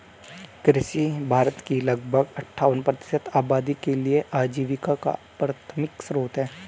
कृषि भारत की लगभग अट्ठावन प्रतिशत आबादी के लिए आजीविका का प्राथमिक स्रोत है